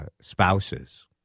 spouses